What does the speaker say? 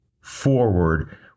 forward